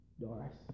Doris